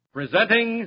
Presenting